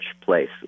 place